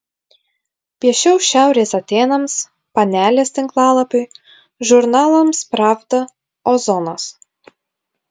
piešiau šiaurės atėnams panelės tinklalapiui žurnalams pravda ozonas